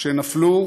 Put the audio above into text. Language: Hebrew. שנפלו